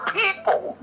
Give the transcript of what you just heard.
people